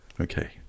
Okay